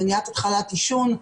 מניעת התחלת עישון.